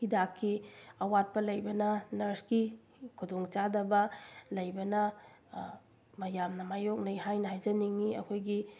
ꯍꯤꯗꯥꯛꯀꯤ ꯑꯋꯥꯠꯄ ꯂꯩꯕꯅ ꯅꯔꯁꯀꯤ ꯈꯨꯗꯣꯡ ꯆꯥꯗꯕ ꯂꯩꯕꯅ ꯃꯌꯥꯝꯅ ꯃꯥꯏꯌꯦꯛꯅꯩ ꯍꯥꯏꯅ ꯍꯥꯏꯖꯅꯤꯡꯉꯤ ꯑꯩꯈꯣꯏꯒꯤ